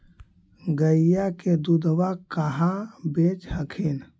गईया के दूधबा कहा बेच हखिन?